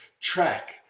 track